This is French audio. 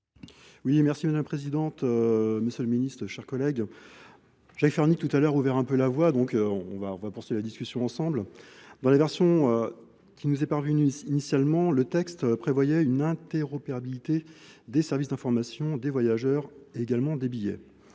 quatre. Mᵐᵉ la Présidente, M. le Ministre, chers j'ai fernie tout à l'heure, ouvert un peu la voie. Donc on va on va poursuivre la discussion ensemble dans la version qui nous est parvenue initialement. Le texte prévoyait une interopérabilité des services d'information des voyageurs et également des billets